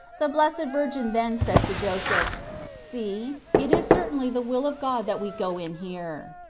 the blessed virgin then said to joseph see, it is certainly the will of god that we go in here.